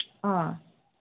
ꯑꯥ